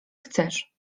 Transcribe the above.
chcesz